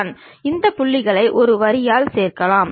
ஆனால் A மற்றும் C என்ற பரப்புகளை நாம் பார்க்க முடியாது